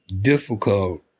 difficult